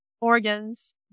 organs